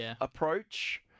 approach